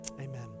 Amen